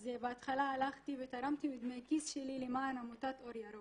אז בהתחלה הלכתי ותרמתי מדמי הכיס שלי למען עמותת אור ירוק.